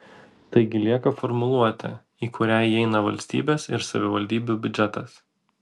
taigi lieka formuluotė į kurią įeina valstybės ir savivaldybių biudžetas